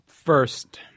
First